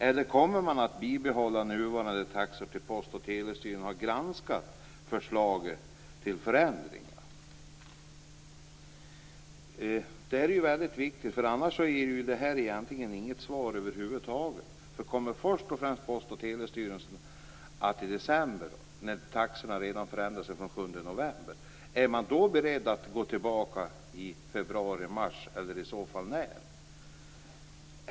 Eller kommer man att behålla nuvarande taxor tills Post och telestyrelsen har granskat förslaget om förändring? Det här är viktigt, för annars är ju detta inget svar över huvud taget. Post och telestyrelsen lämnar svar först i december, när taxorna redan har förändrats från den 7 november. Är man då beredd att gå tillbaka i februari-mars, eller i så fall när?